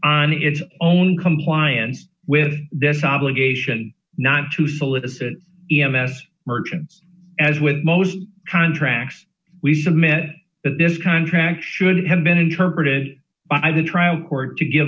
on its own compliance with this obligation not to solicit e m s merchants as with most contracts we submit that this contract should have been interpreted by the trial court to give